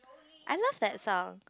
I love that song